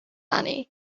annie